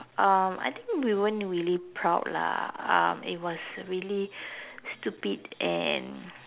um I think we weren't really proud lah um it was really stupid and